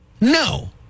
no